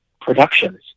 productions